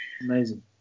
Amazing